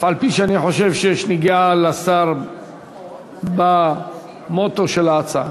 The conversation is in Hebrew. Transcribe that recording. אף-על-פי שאני חושב שיש נגיעה לשר במוטו של ההצעה.